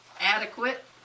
adequate